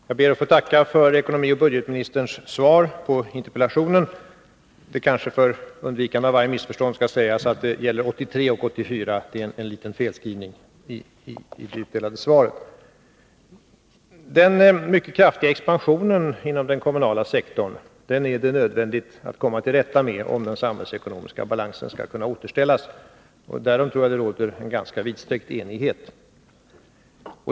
Herr talman! Jag ber att få tacka för ekonomioch budgetministerns svar på interpellationen. Det kanske, för undvikande av alla missförstånd, skall sägas att det gäller 1983 och 1984. Det är en liten felskrivning i det utdelade svaret. För att den samhällsekonomiska balansen skall kunna återställas är det nödvändigt att vi kommer till rätta med den mycket kraftiga expansionen inom den kommunala sektorn. Därom tror jag att det råder en ganska vidsträckt enighet.